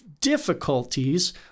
difficulties